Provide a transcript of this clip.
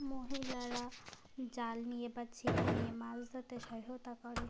মহিলারা জাল নিয়ে বা ছিপ নিয়ে মাছ ধরতে সহায়তা করে